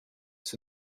its